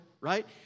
right